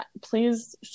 please